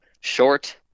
short